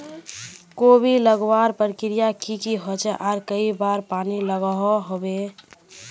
कोबी लगवार प्रक्रिया की की होचे आर कई बार पानी लागोहो होबे?